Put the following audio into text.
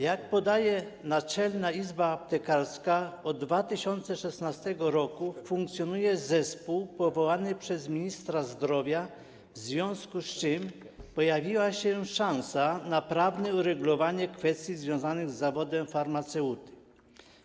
Jak podaje Naczelna Izba Aptekarska, od 2016 r. funkcjonuje zespół powołany przez ministra zdrowia, w związku z czym pojawiła się szansa na prawne uregulowanie kwestii związanych z zawodem farmaceuty.